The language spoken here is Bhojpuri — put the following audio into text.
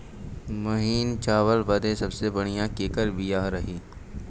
महीन चावल बदे सबसे बढ़िया केकर बिया रही?